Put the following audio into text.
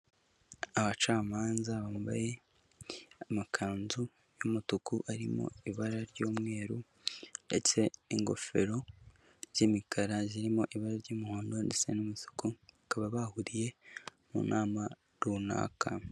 Abacamanza bambaye amakanzu y'umutuku arimo ibara ry'umweru, ndetse n'ingofero z'imikara zirimo ibara ry'umuhondo ndetse n'amasuku, bakaba bahuriye mu nama runaka.